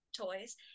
toys